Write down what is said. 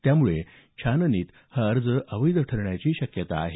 त्यामुळे छाननीत हा अर्ज अवैध ठरण्याची शक्यता आहे